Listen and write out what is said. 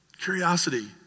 Curiosity